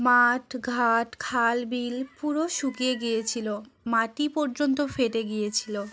মাঠ ঘাট খাল বিল পুরো শুকিয়ে গিয়েছিলো মাটি পর্যন্ত ফেটে গিয়েছিলো